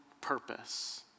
purpose